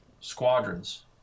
squadrons